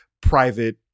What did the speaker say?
private